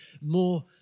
more